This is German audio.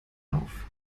auf